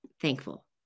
thankful